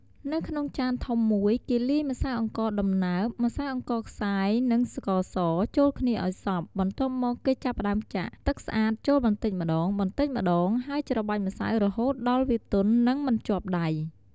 នៅក្នុងចានធំមួយ គេលាយ ម្សៅអង្ករដំណើប ម្សៅអង្ករខ្សាយ និង ស្ករស ចូលគ្នាឲ្យសព្វ បន្ទាប់មក គេចាប់ផ្តើមចាក់ ទឹកស្អាត ចូលបន្តិចម្តងៗ ហើយច្របាច់ម្សៅរហូតដល់វាទន់ និងមិនជាប់ដៃ។